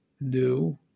new